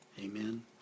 amen